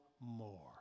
more